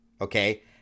okay